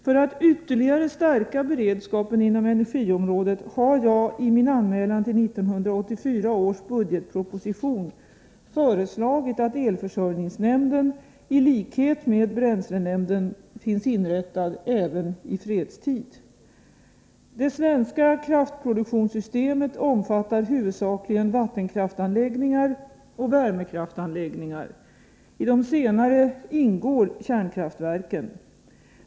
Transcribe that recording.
För att ytterligare stärka beredskapen inom energiområdet har jag i min anmälan till 1984 års budgetproposition föreslagit att elförsörjningsnämnden i likhet med bränslenämnden finns inrättad även i fredstid. Det svenska kraftproduktionssystemet omfattar huvudsakligen vattenkraftsanläggningar och värmekraftsanläggningar. I de senare ingår kärnkraftverken.